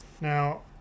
Now